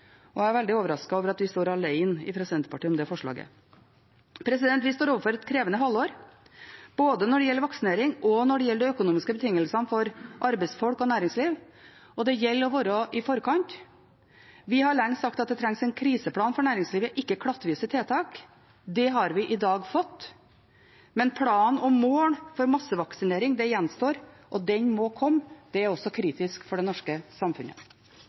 Jeg er veldig overrasket over at vi fra Senterpartiet står alene om det forslaget. Vi står overfor et krevende halvår både når det gjelder vaksinering, og når det gjelder de økonomiske betingelsene for arbeidsfolk og næringsliv. Det gjelder å være i forkant. Vi har lenge sagt at det trengs en kriseplan for næringslivet og ikke klattvise tiltak. Det har vi fått i dag, men planen og målene for massevaksinering gjenstår, og den må komme. Det er også kritisk for det norske samfunnet.